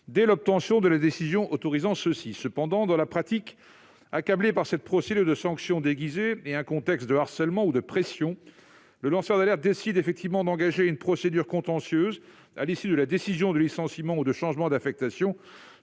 la notification de la décision autorisant ceux-ci. Cependant, dans la pratique, accablé par cette procédure de sanction déguisée ainsi que par un contexte de harcèlement ou de pression, le lanceur d'alerte peut effectivement décider d'engager une procédure contentieuse à l'issue de la décision de son licenciement ou de son changement d'affectation,